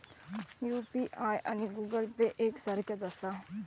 UPI आणि Google Pay एक सारख्याच आसा?